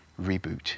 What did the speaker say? reboot